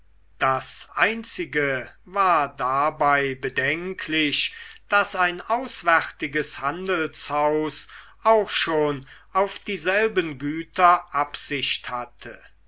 das einzige war dabei bedenklich daß ein auswärtiges handelshaus auch schon auf dieselben güter absicht hatte